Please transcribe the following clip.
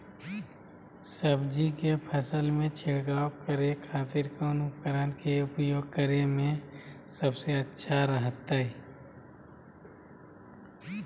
सब्जी के फसल में छिड़काव करे के खातिर कौन उपकरण के उपयोग करें में सबसे अच्छा रहतय?